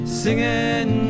singing